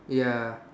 ya